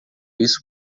isso